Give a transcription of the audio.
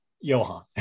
Johan